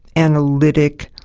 analytic,